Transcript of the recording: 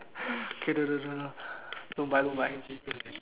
okay don't don't don't buy don't buy